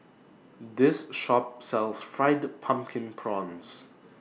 This Shop sells Fried Pumpkin Prawns